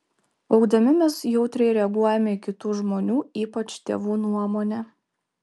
augdami mes jautriai reaguojame į kitų žmonių ypač tėvų nuomonę